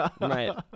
Right